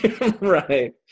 right